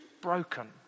broken